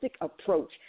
approach